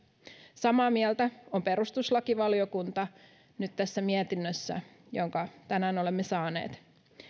samaa mieltä on perustuslakivaliokunta nyt tässä mietinnössään jonka tänään olemme saaneet